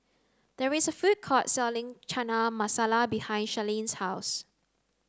there is a food court selling Chana Masala behind Sharlene's house